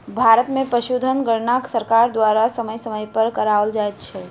भारत मे पशुधन गणना सरकार द्वारा समय समय पर कराओल जाइत छै